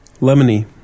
Lemony